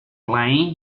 flying